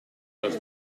los